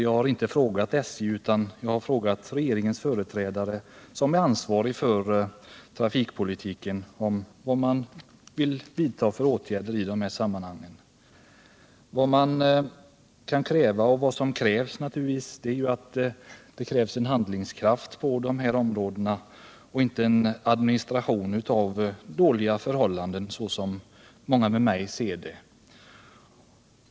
Jag har inte frågat SJ, utan jag har frågat regeringens företrädare, som är ansvarig för trafikpolitiken, vad han vill vidta för åtgärder i detta sammanhang. Vad man kan kräva är naturligtvis en handlingskraft på dessa områden och inte en administration av dåliga förhållanden, som många med mig ser det.